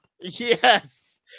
Yes